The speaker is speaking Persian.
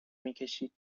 میکشید